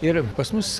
ir pas mus